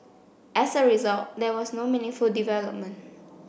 as a result there was no meaningful development